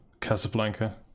Casablanca